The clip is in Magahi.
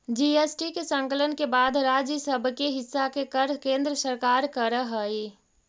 जी.एस.टी के संकलन के बाद राज्य सब के हिस्सा के कर केन्द्र सरकार कर हई